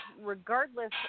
regardless